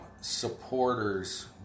supporters